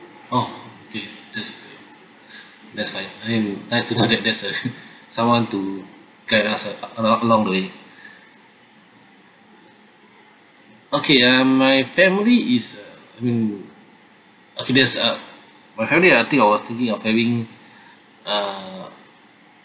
oh okay that's that's like I mean nice to know there's uh someone to guide us a~ al~ along the way okay ah my family is uh mm there's a my family actually I'm thinking of having uh